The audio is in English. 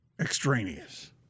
extraneous